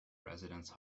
residence